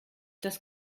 das